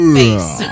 face